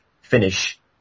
finish